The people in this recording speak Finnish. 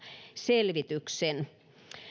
selvityksen